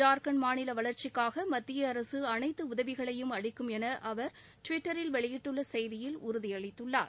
ஜார்கண்ட் மாநில வளர்ச்சிக்காக மத்தியஅரசு அனைத்து உதவிகளையும் அளிக்கும் என அவர் டிவிட்டரில் வெளியிட்டுள்ள செய்தியில் உறுதியளித்துள்ளார்